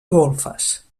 golfes